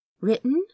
Written